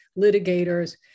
litigators